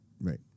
right